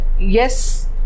yes